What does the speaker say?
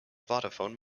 vodafone